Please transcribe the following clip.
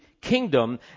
kingdom